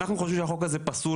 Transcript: אנחנו חושבים שהחוק הזה פסול,